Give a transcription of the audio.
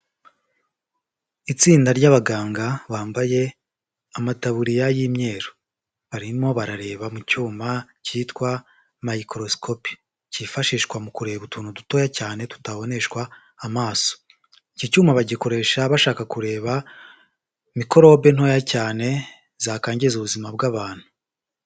Itsinda ry'abaganga bambaye amataburiya y'imyeru, barimo barareba mu cyuma cyitwa microscope, cyifashishwa mu kureba utuntu dutoya cyane tutaboneshwa amaso, iki cyuma bagikoresha bashaka kureba mikorobe ntoya cyane zakangiza ubuzima bw'abantu.